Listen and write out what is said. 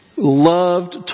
Loved